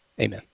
amen